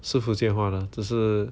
是福建话的只是